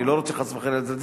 אני לא רוצה חס וחלילה לזלזל,